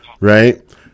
right